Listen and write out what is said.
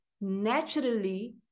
naturally